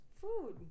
food